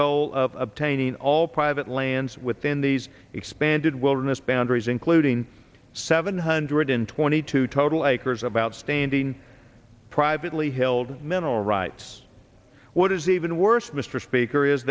goal of obtaining all private lands within these expanded wilderness boundaries including seven hundred twenty two total acres about standing privately held mineral rights what is even worse mr speaker is